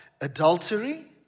adultery